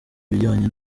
ibijyanye